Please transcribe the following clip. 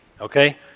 Okay